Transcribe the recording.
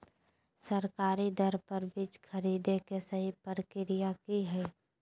सरकारी दर पर बीज खरीदें के सही प्रक्रिया की हय?